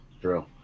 True